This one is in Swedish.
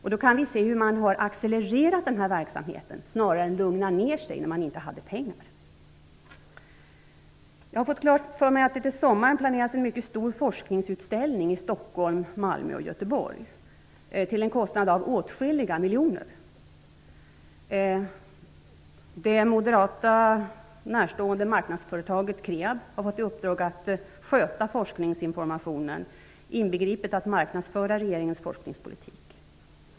Vi kan se hur man accelererat verksamheten snarare än lugnat ned den, vilket man borde ha gjort när man inte hade pengar. Jag har fått klart för mig att det inför sommaren planeras en mycket stor forskningsutställning i Stockholm, Malmö och Göteborg till en kostnad av åtskilliga miljoner. Det moderaterna närstående marknadsföringsföretaget Kreab har fått i uppdrag att sköta forskningsinformationen, inbegripet att marknadsföra regeringens forskningspolitik.